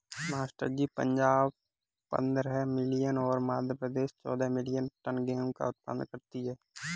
master ji Punjab पंद्रह million और मध्य प्रदेश चौदह मिलीयन टन गेहूं का उत्पादन करती है